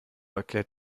erklärt